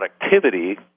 productivity